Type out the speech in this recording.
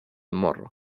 morro